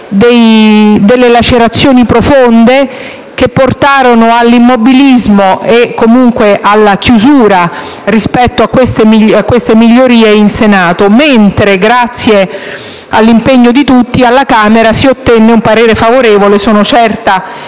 delle lacerazioni profonde, che portarono all'immobilismo e comunque alla chiusura rispetto a queste migliorie in Senato, mentre, grazie all'impegno di tutti, alla Camera dei deputati si ottenne un esito favorevole (sono certa